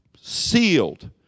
sealed